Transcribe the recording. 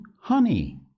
honey